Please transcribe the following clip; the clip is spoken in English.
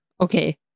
okay